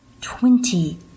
Twenty